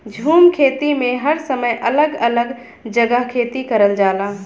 झूम खेती में हर समय अलग अलग जगह खेती करल जाला